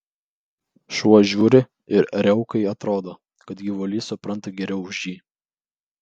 šuo žiūri ir riaukai atrodo kad gyvulys supranta geriau už jį